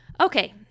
okay